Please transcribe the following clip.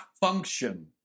function